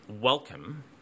welcome